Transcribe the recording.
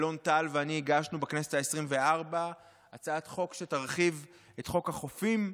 אלון טל ואני הגשנו בכנסת העשרים-וארבע הצעת חוק שתרחיב את חוק החופים.